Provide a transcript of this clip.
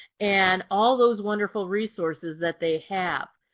and all those wonderful resources that they have.